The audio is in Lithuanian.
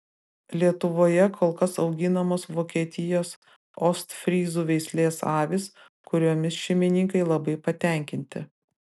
lietuvoje kol kas auginamos vokietijos ostfryzų veislės avys kuriomis šeimininkai labai patenkinti